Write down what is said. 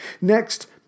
Next